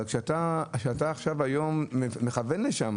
אבל אתה היום מכוון לשם